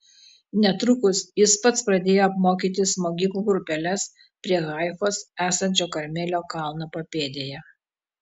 netrukus jis pats pradėjo apmokyti smogikų grupeles prie haifos esančio karmelio kalno papėdėje